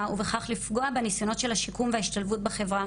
ובכך לפגוע בניסיונות של השיקום וההשתלבות בחברה,